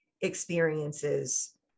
experiences